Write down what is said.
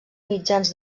mitjans